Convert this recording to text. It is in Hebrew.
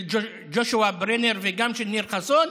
של ג'וש בריינר וגם של ניר חסון,